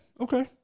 okay